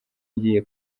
ngiye